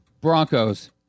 Broncos